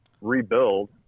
rebuild